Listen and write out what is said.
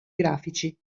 grafici